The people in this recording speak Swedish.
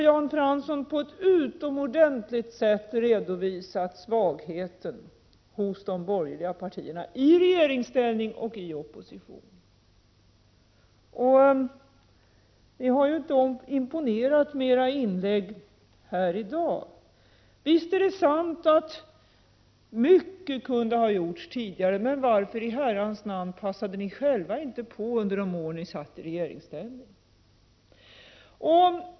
Jan Fransson har på ett utomordentligt sätt redovisat svagheten hos de borgerliga partierna, i regeringsställning och i opposition, och ni har inte imponerat med era inlägg här i dag. Visst är det sant att mycket kunde ha gjorts tidigare. Men varför i herrans namn passade ni själva inte på under de år ni satt i regeringsställning?